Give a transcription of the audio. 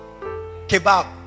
kebab